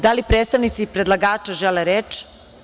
Da li predstavnici predlagača žele reč?